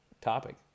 topic